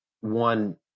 one –